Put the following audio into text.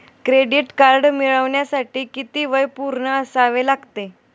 Credit card मिळवण्यासाठी किती वय पूर्ण असावे लागते?